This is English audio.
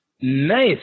Nice